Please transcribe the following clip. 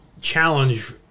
challenge